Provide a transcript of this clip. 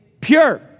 pure